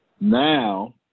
Now